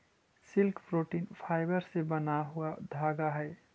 silk protein fibre से बना हुआ धागा हई